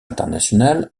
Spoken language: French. international